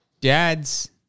Dad's